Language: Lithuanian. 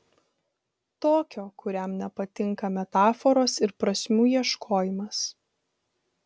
tokio kuriam nepatinka metaforos ir prasmių ieškojimas